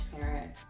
parent